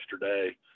yesterday